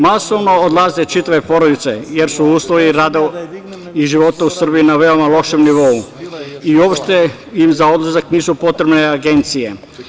Masovno odlaze čitave porodice jer su uslovi rada i života u Srbiji na veoma lošem nivou i uopšte im za odlazak nisu potrebne agencije.